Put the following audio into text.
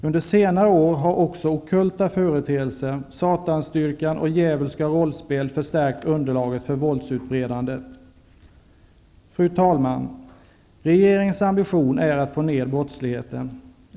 Under senare år har också ockulta företeelser, satansdyrkan och djävulska rollspel förstärkt underlaget för våldsutbredandet. Fru talman! Regeringens ambition är att få ned brottsligheten.